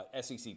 SEC